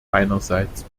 meinerseits